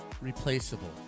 replaceable